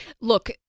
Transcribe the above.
Look